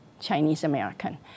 Chinese-American